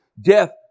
death